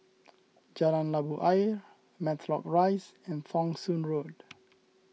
Jalan Labu Ayer Matlock Rise and Thong Soon Road